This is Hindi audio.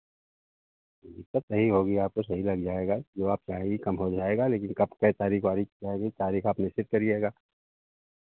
कोई दिक्कत नहीं होगी आपको सही लग जाएगा जो आप चाहेंगी कम हो जाएगा लेकिन कब कै तारीख वारीख क्या है कि तारीख आप निश्चित करिएगा